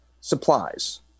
supplies